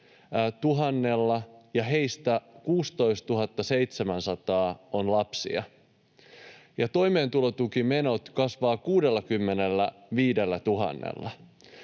heistä 16 700 on lapsia ja toimeentulotukimenot kasvavat 65 000:lla.